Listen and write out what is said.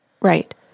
Right